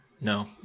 no